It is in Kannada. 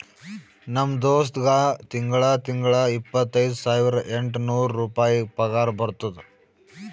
ನಮ್ ದೋಸ್ತ್ಗಾ ತಿಂಗಳಾ ತಿಂಗಳಾ ಇಪ್ಪತೈದ ಸಾವಿರದ ಎಂಟ ನೂರ್ ರುಪಾಯಿ ಪಗಾರ ಬರ್ತುದ್